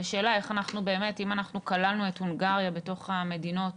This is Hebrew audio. השאלה אם אנחנו כללנו את הונגריה בתוך המדינות